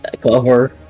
cover